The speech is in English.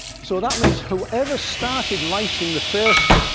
so that means whoever started writing the first,